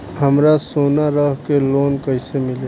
हमरा सोना रख के लोन कईसे मिली?